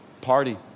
Party